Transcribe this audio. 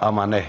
АНАНИЕВ: